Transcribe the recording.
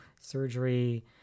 surgery